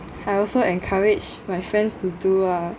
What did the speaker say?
I also encourage my friends to do ah